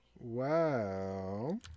wow